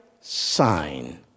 sign